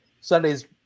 Sunday's